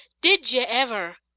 did yer ever!